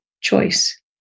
choice